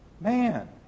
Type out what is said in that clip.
man